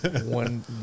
One